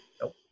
nope